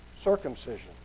circumcision